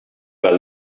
pel